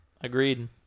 Agreed